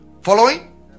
following